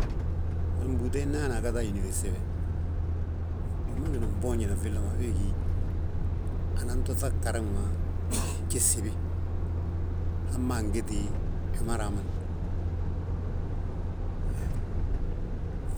Mbúute he nda yaa hana agaŧ a inifersite we, wima gíni fnboonji nan filli ma we gí. Anan ŧag garaŋ ma gjif, gsibi hamma agiti wima raaman.